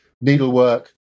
needlework